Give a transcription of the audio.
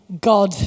God